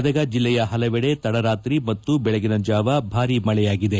ಗದಗ ಜಿಲ್ಲೆಯ ಪಲವೆಡೆ ತಡರಾತ್ರಿ ಮತ್ತು ಬೆಳಗಿನ ಜಾವ ಭಾರಿ ಮಳೆಯಾಗಿದೆ